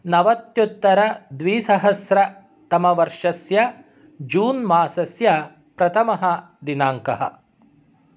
नवत्युत्तरद्विसहस्रतमवर्षस्य जून् मासस्य प्रथमः दिनाङ्कः